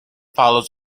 follows